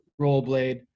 Rollblade